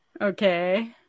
Okay